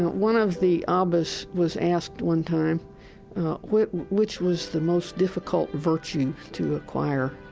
one of the ah abbas was asked one time which which was the most difficult virtue to acquire.